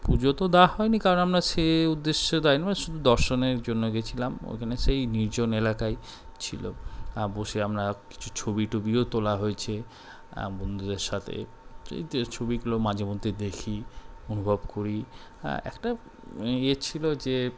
পুজো তো দেওয়া হয়নি কারণ আমরা সে উদ্দেশ্য দেয়নি মানে শুধু দর্শনের জন্য গিয়েছিলাম ওইখানে সেই নির্জন এলাকায় ছিল বসে আমরা কিছু ছবি টবিও তোলা হয়েছে বন্ধুদের সাথে সেই ছবিগুলো মাঝে মধ্যে দেখি অনুভব করি হ্যাঁ একটা ইয়ে ছিল যে